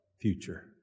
future